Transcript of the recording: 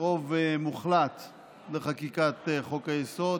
רוב מוחלט לחקיקת חוק-היסוד,